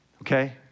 okay